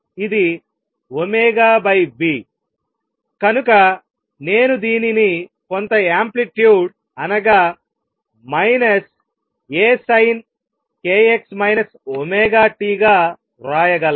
ఇది v కనుక నేను దీనిని కొంత యాంప్లిట్యూడ్ అనగా మైనస్ A sinkx ωtగా వ్రాయగలను